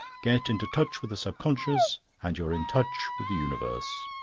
get into touch with the subconscious and you are in touch with the universe.